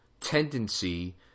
tendency